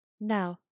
Now